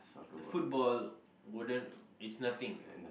football wouldn't it's nothing